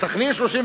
בסח'נין,